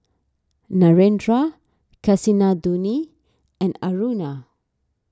Narendra Kasinadhuni and Aruna